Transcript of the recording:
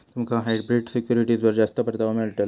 तुमका हायब्रिड सिक्युरिटीजवर जास्त परतावो मिळतलो